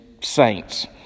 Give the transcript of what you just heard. saints